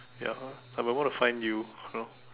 ya I will want to find you know